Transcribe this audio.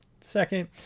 second